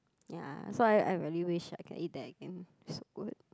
ya so I I really wish I can eat that again so good